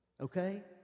okay